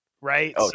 right